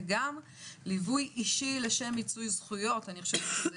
ליווי אישי לשם מיצוי זכויות, זה